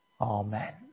Amen